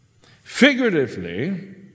figuratively